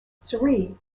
sri